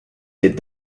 did